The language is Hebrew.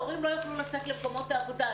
ההורים לא יוכלו לצאת למקומות העבודה.